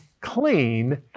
clean